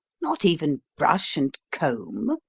not even brush and comb?